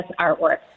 artwork